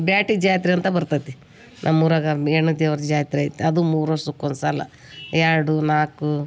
ಬೇಟಿ ಜಾತ್ರೆ ಅಂತ ಬರ್ತದೆ ನಮ್ಮ ಊರಾಗ ಹೆಣ್ ದೇವ್ರ ಜಾತ್ರೆ ಐತಿ ಅದು ಮೂರು ವರ್ಷಕ್ ಒಂದುಸಲ ಎರಡು ನಾಲ್ಕು